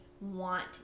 want